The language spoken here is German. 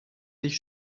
sich